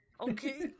okay